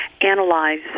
analyze